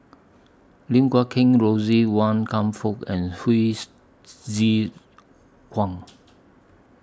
Lim Guat Kheng Rosie Wan Kam Fook and Hsu Tse Kwang